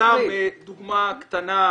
הנה סתם דוגמה קטנה,